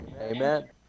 Amen